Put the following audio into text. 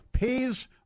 pays